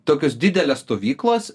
tokios didelės stovyklos